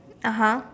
(uh huh)